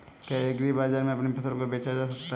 क्या एग्रीबाजार में अपनी फसल को बेचा जा सकता है?